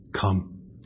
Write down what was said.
Come